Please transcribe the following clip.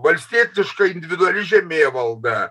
valstietiška individuali žemėvalda